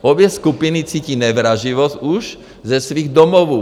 Obě skupiny cítí nevraživost už ze svých domovů.